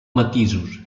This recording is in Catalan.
matisos